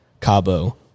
Cabo